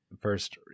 first